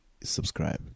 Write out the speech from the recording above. subscribe